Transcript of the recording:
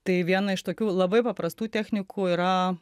tai viena iš tokių labai paprastų technikų yra